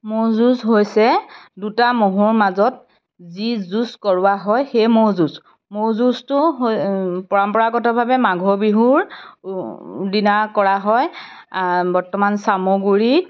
ম'হ যুঁজ হৈছে দুটা ম'হৰ মাজত যি যুজ কৰোঁৱা হয় সেই ম'হ যুঁজ ম'হ যুঁজটো পৰম্পৰাগতভাৱে মাঘৰ বিহুৰ দিনা কৰা হয় বৰ্তমান চামগুৰি